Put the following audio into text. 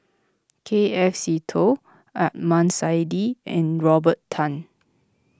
K F Seetoh Adnan Saidi and Robert Tan